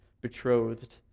betrothed